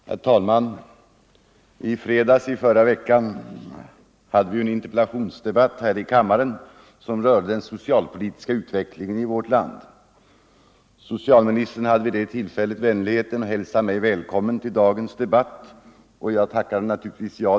Herr talman! I fredags i förra veckan hade vi en interpellationsdebatt här i kammaren som rörde den socialpolitiska utvecklingen i vårt land. Socialministern hade vid det tillfället vänligheten att hälsa mig välkommen till dagens debatt, och jag tackade naturligtvis ja.